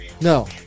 No